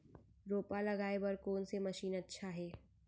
रोपा लगाय बर कोन से मशीन अच्छा हे?